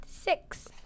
Six